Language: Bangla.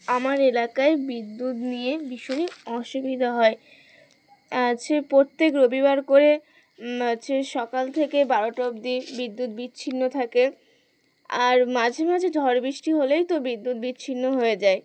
আমার এলাকায় বিদ্যুৎ নিয়ে ভীষণই অসুবিধা হয় আছে প্রত্যেক রবিবার করে হচ্ছে সকাল থেকে বারোটা অব্দি বিদ্যুৎ বিচ্ছিন্ন থাকে আর মাঝে মাঝে ঝড় বৃষ্টি হলেই তো বিদ্যুৎ বিচ্ছিন্ন হয়ে যায়